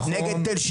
נכון.